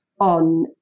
on